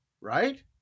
right